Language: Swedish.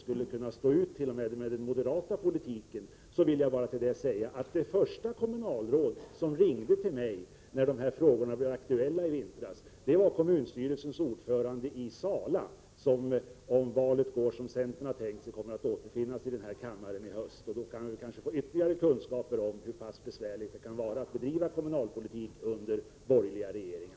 skulle kunna stå ut med den moderata politiken vill jag bara framhålla att det första kommunalråd som ringde mig, när frågorna blev aktuella i vintras, var kommunstyrelsens ordförande i Sala som — om valet går som centern har tänkt sig — kommer att återfinnas i denna kammare i höst. Då kan vi kanske få ytterligare kunskaper om hur pass besvärligt det kan vara att bedriva kommunalpolitk under borgerliga regeringar.